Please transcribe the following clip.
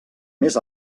més